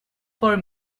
for